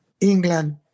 England